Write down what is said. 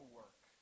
work